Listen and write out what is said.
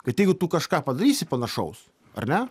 kad jeigu tu kažką padarysi panašaus ar ne